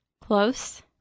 close